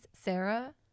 Sarah